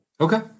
Okay